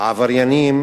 העבריינים